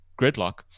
gridlock